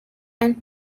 and